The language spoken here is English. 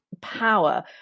power